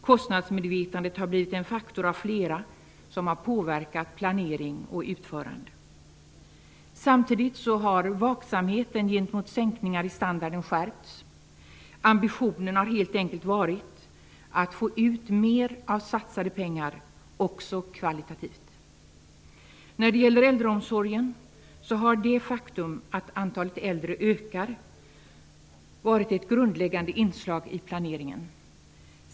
Kostnadsmedvetandet har blivit en faktor av flera som har påverkat planering och utförande. Samtidigt har vaksamheten gentemot sänkningar i standarden skärpts. Ambitionen har helt enkelt varit att få ut mer av satsade pengar också kvalitativt. När det gäller äldreomsorgen har det faktum att antalet äldre ökar varit ett grundläggande inslag i planeringen.